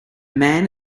man